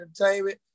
Entertainment